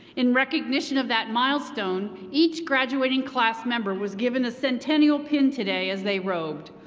in recognition of that milestone, each graduating class member was given a centennial pin today as they robed.